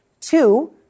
Two